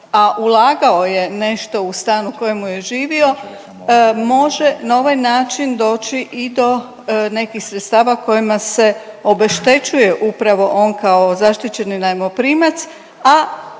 a ulagao je nešto u stan u kojemu je živio, može na ovaj način doći i do nekih sredstava kojima se obeštećuje upravo on kao zaštićeni najmoprimac,